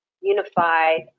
unified